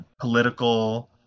political